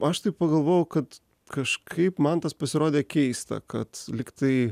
aš taip pagalvojau kad kažkaip man tas pasirodė keista kad lyg tai